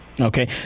Okay